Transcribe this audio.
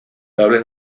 doble